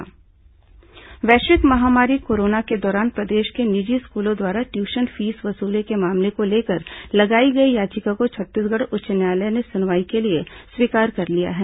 high court fees याचिका वैश्विक महामारी कोरोना के दौरान प्रदेश के निजी स्कूलों द्वारा ट्यूशन फीस वसूली के मामले को लेकर लगाई गई याचिका को छत्तीसगढ़ उच्च न्यायालय ने सुनवाई के लिए स्वीकार कर लिया है